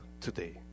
today